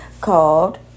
called